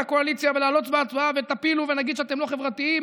הקואליציה להעלות בהצבעה ו"תפילו" ו"נגיד שאתם לא חברתיים".